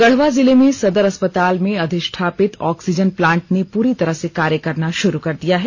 गढ़वा जिले में सदर अस्पताल में अधिष्ठापित ऑक्सीजन प्लांट ने पूरी तरह से कार्य करना शुरू कर दिया है